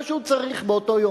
מה שהוא צריך באותו יום.